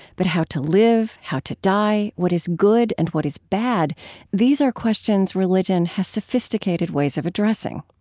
but how to live, how to die, what is good, and what is bad these are questions religion has sophisticated ways of addressing.